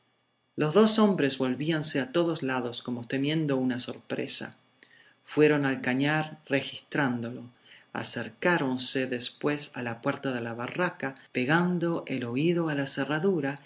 los dos hombres volvíanse a todos lados como temiendo una sorpresa fueron al cañar registrándolo acercáronse después a la puerta de la barraca pegando el oído a la cerradura